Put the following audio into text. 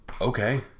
Okay